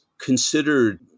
considered